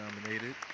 nominated